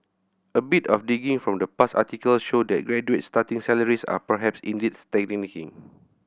a bit of digging from past articles show that graduate starting salaries are perhaps indeed stagnating